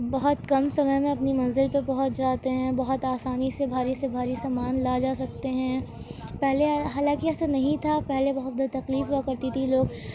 بہت کم سمئے میں اپنی منزل پہ پہونچ جاتے ہیں بہت آسانی سے بھاری سے بھاری سامان لا جا سکتے ہیں پہلے حالانکہ کی ایسا نہیں تھا پہلے بہت زیادہ تکلیف ہوا کرتی تھی لوگ